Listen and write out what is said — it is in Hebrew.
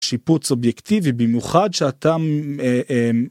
שיפוץ אובייקטיבי במיוחד שאתה ממ אה אה אממ.